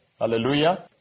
Hallelujah